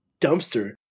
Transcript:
dumpster